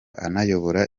anayobora